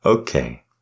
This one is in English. Okay